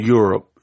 Europe